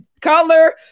color